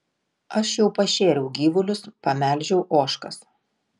aš jau pašėriau gyvulius pamelžiau ožkas